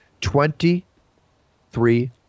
Twenty-three